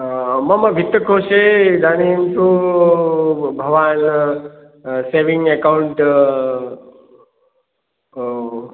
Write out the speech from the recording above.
मम वित्तकोषे इदानीं तु भवान् सेविङ्ग् अकौण्ट्